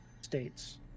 states